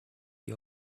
die